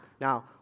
Now